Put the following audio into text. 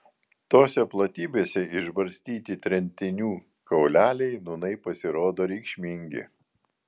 tose platybėse išbarstyti tremtinių kauleliai nūnai pasirodo reikšmingi